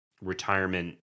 retirement